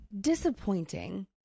disappointing